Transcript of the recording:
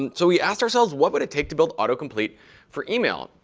and so we asked ourselves, what would it take to build autocomplete for email?